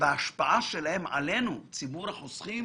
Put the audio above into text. וההשפעה שלהם עלינו, על ציבור החוסכים,